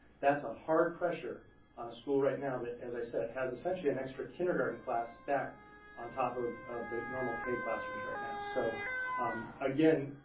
that's a hard pressure on a school right now that, as i said, has essentially an extra kindergarten class stacked on top of of the normal k classrooms right now. so again,